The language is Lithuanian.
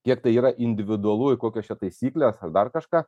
kiek tai yra individualu ir kokios čia taisyklės dar kažką